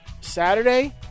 Saturday